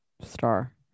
Star